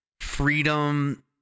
freedom